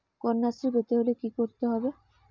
কন্যাশ্রী পেতে হলে কি করতে হবে?